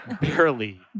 barely